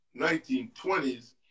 1920s